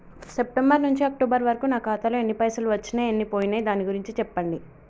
September నుంచి October వరకు నా ఖాతాలో ఎన్ని పైసలు వచ్చినయ్ ఎన్ని పోయినయ్ దాని గురించి చెప్పండి?